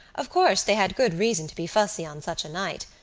of course, they had good reason to be fussy on such a night.